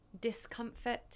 discomfort